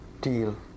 deal